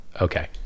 Okay